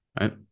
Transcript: right